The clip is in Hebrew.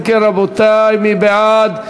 אם כן, רבותי, מי בעד?